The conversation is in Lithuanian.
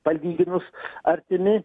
palyginus artimi